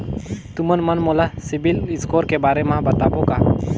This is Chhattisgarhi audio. तुमन मन मोला सीबिल स्कोर के बारे म बताबो का?